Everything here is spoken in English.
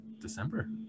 december